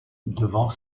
devant